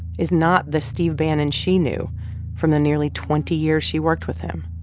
is not the steve bannon she knew from the nearly twenty years she worked with him.